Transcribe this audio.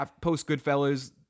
post-Goodfellas